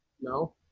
No